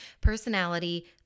personality